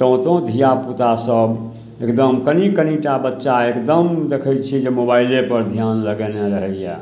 तँ तँ धिआपुतासभ एकदम कनि कनिटा बच्चा एकदम देखै छिए जे मोबाइलेपर धिआन लगेने रहैए